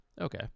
Okay